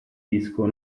disco